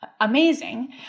amazing